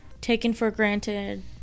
taken-for-granted